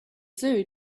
zoo